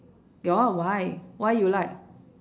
your why why you like